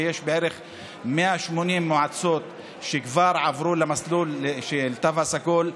שיש בערך 180 מועצות שכבר עברו למסלול של התו הסגול,